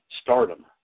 stardom